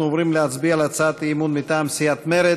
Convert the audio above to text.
אנחנו עוברים להצביע על הצעת אי-אמון מטעם סיעת מרצ: